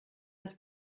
das